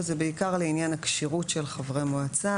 וזה בעיקר על עניין הכשירות של חברי מועצה,